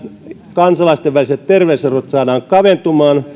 kansalaisten väliset terveyserot saadaan kaventumaan